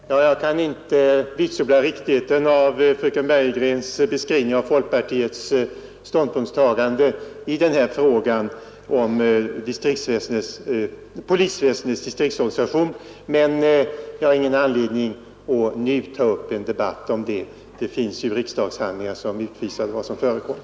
Herr talman! Jag kan inte vitsorda riktigheten av fröken Bergegrens beskrivning av folkpartiets ståndpunktstagande i frågan om polisväsendets distriktsorganisation, men jag har ingen anledning att nu ta upp en debatt härom. Det finns ju riksdagshandlingar som utvisar vad som förekommit.